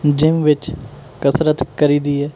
gym ਵਿੱਚ ਕਸਰਤ ਕਰੀ ਦੀ ਹੈ